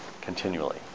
continually